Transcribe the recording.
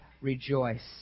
rejoice